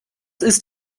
ist